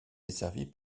desservi